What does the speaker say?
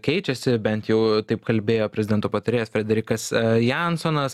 keičiasi bent jau taip kalbėjo prezidento patarėjas frederikas jansonas